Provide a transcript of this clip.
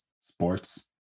sports